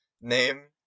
name